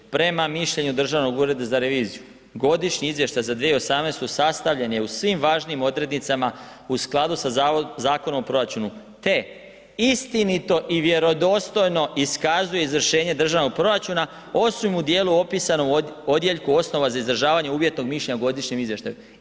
Prema mišljenju Državnog ureda za reviziju, godišnji izvještaj za 2018. sastavljen je u svim važnijim odrednicama u skladu sa Zakonom o proračunu, te istinito i vjerodostojno iskazuje izvršenje državnog proračuna osim u dijelu opisano u odjeljku osnova za izražavanje uvjetnog mišljenja o godišnjem izvještaju.